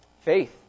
faith